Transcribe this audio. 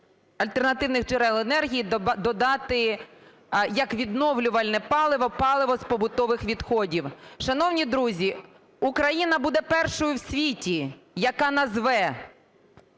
альтернативних джерел енергії додати як відновлювальне паливо – паливо з побутових відходів. Шановні друзі, Україна буде першою в світі, яка назве